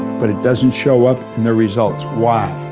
but it doesn't show up in the results why?